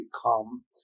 become